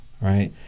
right